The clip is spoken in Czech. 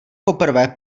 poprvé